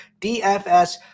DFS